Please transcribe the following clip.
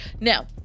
now